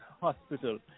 Hospital